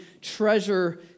treasure